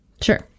Sure